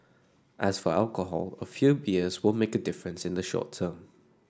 as for alcohol a few beers won't make a difference in the short term